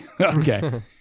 Okay